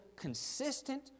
consistent